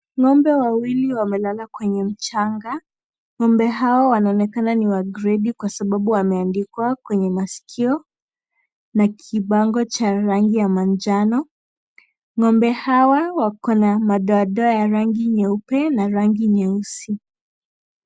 Ng'ombe wawili wamelala kwenye mchanga. Niombe hao wanaonekana ni wa gredi kwa sababu wameandikwa kwenye masikio nina kibango cha rangi ya manjano. Ng'ombe hawa wako na madoadoa ya rangi nyeupe na rangi nyeusi.